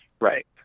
right